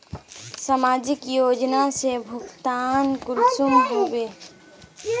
समाजिक योजना से भुगतान कुंसम होबे?